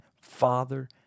Father